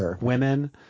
women